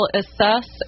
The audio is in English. assess